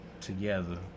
Together